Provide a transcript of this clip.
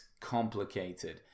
complicated